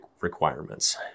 requirements